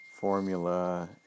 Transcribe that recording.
formula